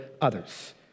others